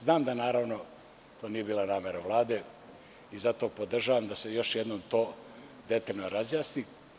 Znam da naravno to nije bila namera Vlade i zato podržavam da se to još jednom detaljno razjasni.